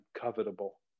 covetable